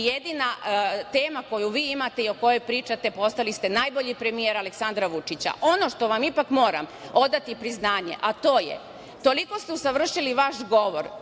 i jedina tema koju imate i o kojoj pričate. Postali ste najbolji premijer Aleksandra Vučića. Ono što vam ipak moram odati priznanje a to je da ste toliko usavršili vaš govor